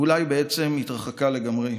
ואולי בעצם התרחקה לגמרי.